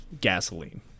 gasoline